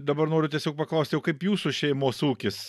dabar noriu tiesiog paklauti o kaip jūsų šeimos ūkis